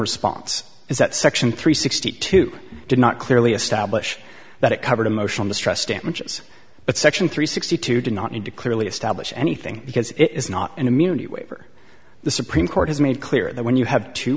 response is that section three sixty two did not clearly establish that it covered emotional distress damages but section three sixty two did not need to clearly establish anything because it is not an immunity waiver the supreme court has made clear that when you have t